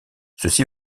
ceci